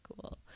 cool